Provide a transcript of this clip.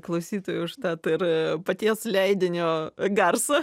klausytojai užtat ir paties leidinio garsą